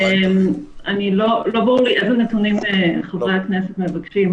לא ברור לי איזה נתונים חברי הכנסת מבקשים,